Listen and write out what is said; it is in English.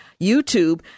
youtube